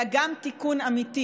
אלא גם תיקון אמיתי,